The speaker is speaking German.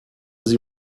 sie